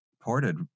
ported